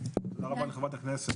תודה רבה לחברת הכנסת.